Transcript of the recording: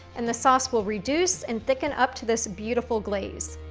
and the sauce will reduce and thicken up to this beautiful glaze.